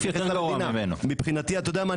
הרבה יותר גרוע ממנו אתה יודע מה?